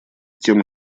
тем